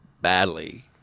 badly